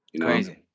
Crazy